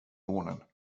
månen